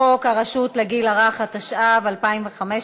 אתם תומכים ולא תומכים.